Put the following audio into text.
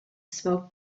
smoke